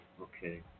Okay